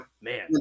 Man